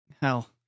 hell